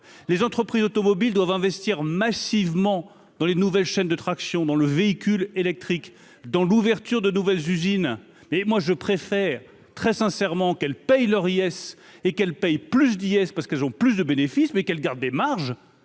les entreprises automobiles doivent investir massivement dans les nouvelles chaînes de traction dans le véhicule électrique dans l'ouverture de nouvelles usines, mais moi je préfère très sincèrement qu'elle paye leur et qu'elle paye plus IS parce qu'elles ont plus de bénéfices, mais qu'elle garde des marges